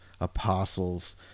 apostles